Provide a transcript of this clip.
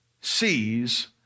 sees